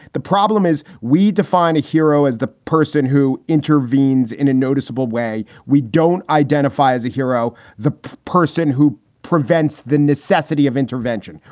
the problem is we define a hero as the person who intervenes in a noticeable way. we don't identify as a hero the person who prevents the necessity of intervention.